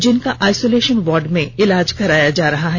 जिनका isolation ward में इलाज कराया जा रहा है